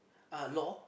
uh law